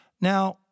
Now